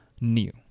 new